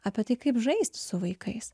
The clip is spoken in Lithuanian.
apie tai kaip žaisti su vaikais